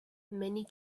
many